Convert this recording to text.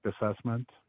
assessment